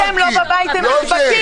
איפה שהם לא בבית, הם נדבקים.